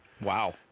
Wow